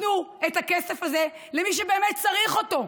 תנו את הכסף הזה למי שבאמת צריך אותו.